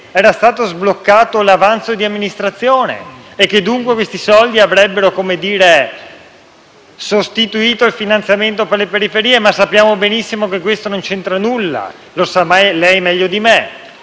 era stato sbloccato l'avanzo di amministrazione e che, dunque, questi soldi avrebbero sostituito il finanziamento per le periferie, ma sappiamo benissimo che questo non c'entra nulla. Lo sa meglio di me.